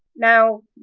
now,